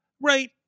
right